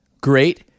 great